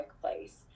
place